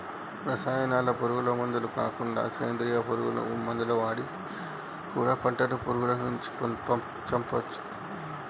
రసాయనాల పురుగు మందులు కాకుండా సేంద్రియ పురుగు మందులు వాడి కూడా పంటను పురుగులను చంపొచ్చు